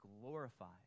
glorified